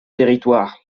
territoire